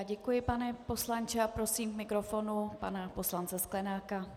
Děkuji, pane poslanče, a prosím k mikrofonu pana poslance Sklenáka.